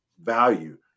value